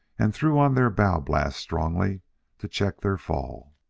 and threw on their bow-blast strongly to check their fall.